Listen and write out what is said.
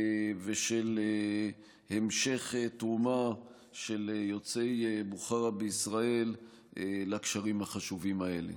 ושל המשך תרומה של יוצאי בוכרה בישראל לקשרים החשובים האלה.